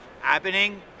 happening